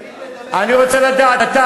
אני רוצה לדעת.